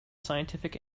scientific